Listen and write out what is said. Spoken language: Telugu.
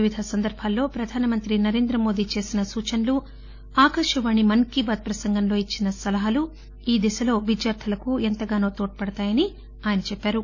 వివిధ సందర్బాల్లో ప్రదానమంత్రి నరేంద్రమోదీ చేసిన సూచనలు ఆకాశవాణి మన్ కీ బాత్ ప్రసంగంలో ఇచ్చిన సలహాలు ఈ దిశలో విద్యార్టులకు ఎంతగానో తోడ్పడుతాయని ఆయనఅన్నారు